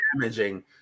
damaging